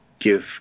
give